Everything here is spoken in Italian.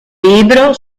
libro